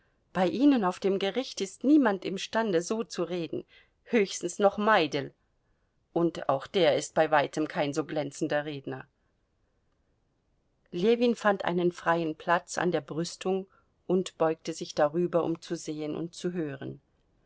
bei ihnen auf dem gericht ist niemand imstande so zu reden höchstens noch maidel und auch der ist bei weitem kein so glänzender redner ljewin fand einen freien platz an der brüstung und beugte sich darüber um zu sehen und zu hören